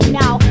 now